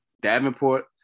Davenport